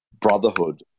Brotherhood